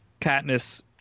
Katniss